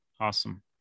Awesome